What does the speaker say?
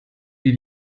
die